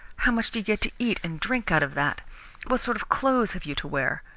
how much do you get to eat and drink out of that? what sort of clothes have you to wear?